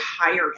higher